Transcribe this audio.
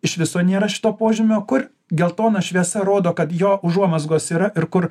iš viso nėra šito požymio kur geltona šviesa rodo kad jo užuomazgos yra ir kur